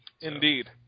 Indeed